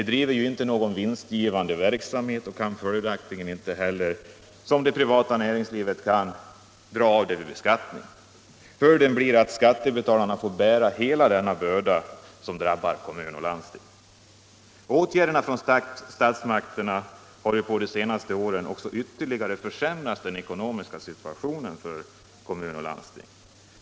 De driver inte någon vinstgivande verksamhet och kan följaktligen inte heller, som det privata näringslivet, dra av dessa avgifter vid beskattningen. Följden blir att skattebetalarna får bära hela denna börda som läggs på kommuner och landsting. Åtgärder från statsmakterna har på de senaste åren också ytterligare försämrat den ekonomiska situationen för kommuner och landsting.